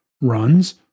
runs